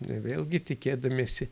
vėlgi tikėdamiesi